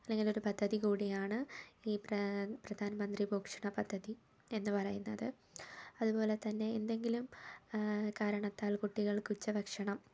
അല്ലെങ്കിൽ ഒരു പദ്ധതി കൂടിയാണ് ഈ പ്രധാനമന്ത്രി പോഷണ പദ്ധതി എന്ന് പറയുന്നത് അതുപോലെ തന്നെ എന്തെങ്കിലും കാരണത്താൽ കുട്ടികൾക്ക് ഉച്ചഭക്ഷണം